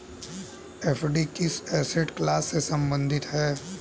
FD किस asset class से संबंधित है?